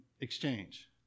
exchange